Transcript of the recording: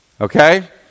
Okay